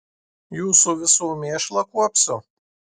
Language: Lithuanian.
jūsų visų mėšlą kuopsiu